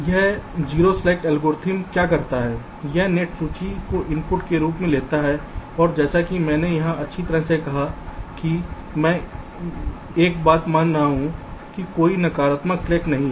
यह 0 slack algorithm क्या करता है यह नेट सूची को इनपुट के रूप में लेता है और जैसा कि मैंने यहां अच्छी तरह से कहा था कि मैं एक बात मान रहा हूं कि कोई नकारात्मक स्लैक्स नहीं हैं